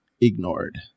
ignored